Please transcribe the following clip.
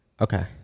Okay